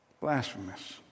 Blasphemous